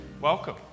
Welcome